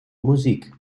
musik